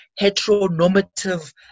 heteronormative